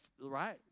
right